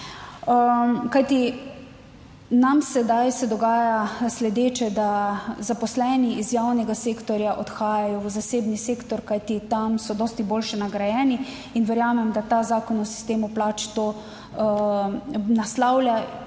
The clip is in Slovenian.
nam sedaj se dogaja sledeče: da zaposleni iz javnega sektorja odhajajo v zasebni sektor, kajti tam so dosti boljše nagrajeni. In verjamem, da ta Zakon o sistemu plač to naslavlja,